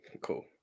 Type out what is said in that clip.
cool